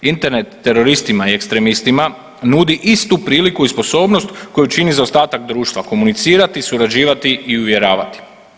Internet teroristima i ekstremistima nudi istu priliku i sposobnost koji čini za ostatak društva komunicirati, surađivati i uvjeravati.